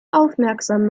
aufmerksam